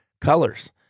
colors